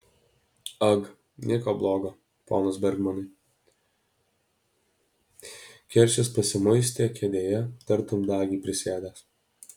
ag nieko blogo ponas bergmanai keršis pasimuistė kėdėje tartum dagį prisėdęs